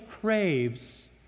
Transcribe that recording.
craves